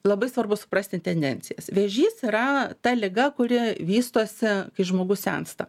labai svarbu suprasti tendencijas vėžys yra ta liga kuri vystosi kai žmogus sensta